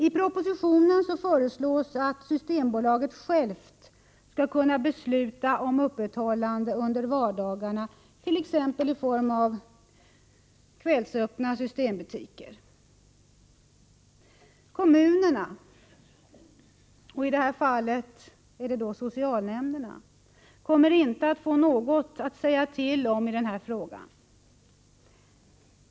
I propositionen föreslås att Systembolaget självt skall kunna besluta om öppethållandet på vardagarna, t.ex. om kvällsöppna systembutiker. Kommunerna, i det här fallet socialnämnderna, kommer inte att få något att säga till omiden frågan.